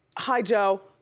hi joe,